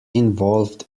involved